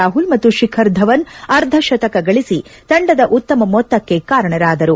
ರಾಹುಲ್ ಮತ್ತು ಶಿಖರ್ ಧವನ್ ಅರ್ಧಶತಕ ಗಳಿಸಿ ತಂಡದ ಉತ್ತಮ ಮೊತ್ತಕ್ಕೆ ಕಾರಣರಾದರು